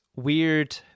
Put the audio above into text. Weird